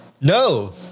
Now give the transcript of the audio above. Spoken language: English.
No